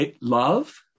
Love